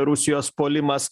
rusijos puolimas